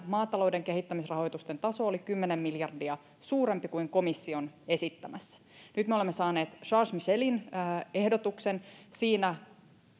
maatalouden kehittämisrahoituksen taso oli kymmenen miljardia suurempi kuin komission esittämässä kun sitä verrataan komission alkuperäiseen esitykseen nyt me olemme saaneet charles michelin ehdotuksen siinä